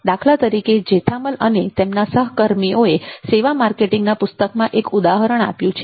દાખલા તરીકે ઝેથામલ અને તેમના સહકર્મીઓએ સેવા માર્કેટિંગના પુસ્તકમાં એક ઉદાહરણ આપ્યું છે